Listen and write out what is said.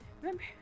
Remember